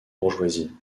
bourgeoisie